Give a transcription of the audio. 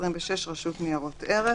ורשות ניירות ערך.